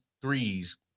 threes